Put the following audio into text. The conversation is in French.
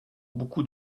beaucoup